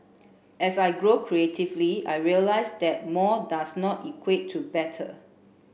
as I grow creatively I realise that more does not equate to better